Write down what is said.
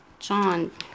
John